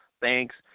Thanks